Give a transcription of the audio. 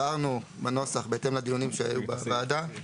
הבהרנו בנוסח בהתאם לדיונים שהיו בוועדה